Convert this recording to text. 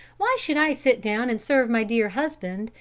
why should i sit down and serve my dear husband,